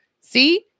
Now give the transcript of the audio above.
See